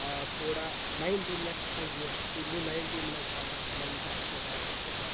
تھوڑا ninety minute چھِ آسان گیم تُہۍ گِنٛدیوٗ نایٹی مِنٹٕس آسان چھُ مںٛزٕ چھُ گژھان اٮ۪کٕسٹرٛا ٹایم سُہ چھِ آسان